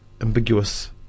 ambiguous